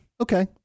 Okay